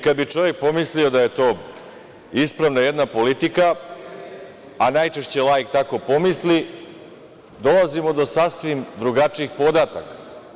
Kada bi čovek pomislio da je to ispravna jedna politika, a najčešće laik tako pomisli, dolazimo do sasvim drugačijih podataka.